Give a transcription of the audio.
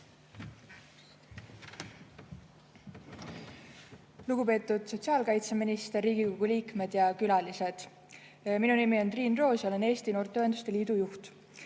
Lugupeetud sotsiaalkaitseminister! Riigikogu liikmed ja külalised! Minu nimi on Triin Roos. Olen Eesti Noorteühenduste Liidu juht.